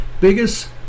biggest